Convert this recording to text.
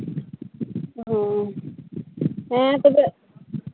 ᱦᱮᱸ ᱦᱮᱸ ᱛᱚᱵᱮ